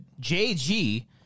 JG